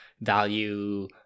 value